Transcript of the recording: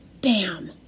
bam